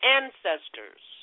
ancestors